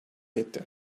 etti